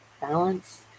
balance